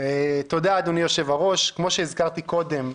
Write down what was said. כמו שהזכרתי קודם,